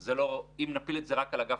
ובזה אסיים